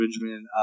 Benjamin